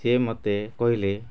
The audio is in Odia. ସେ ମୋତେ କହିଲେ